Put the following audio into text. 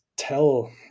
tell